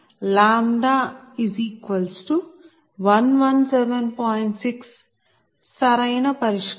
6 సరైన పరిష్కారం